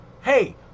Hey